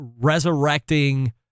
resurrecting